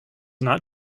not